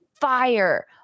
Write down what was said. fire